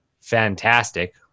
fantastic